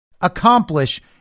accomplish